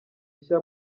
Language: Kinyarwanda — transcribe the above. nshya